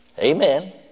Amen